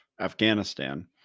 afghanistan